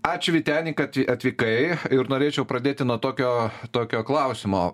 ačiū vyteni kad atvykai ir norėčiau pradėti nuo tokio tokio klausimo